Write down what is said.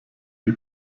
die